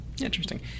Interesting